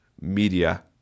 media